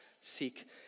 seek